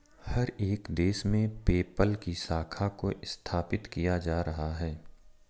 हर एक देश में पेपल की शाखा को स्थापित किया जा रहा है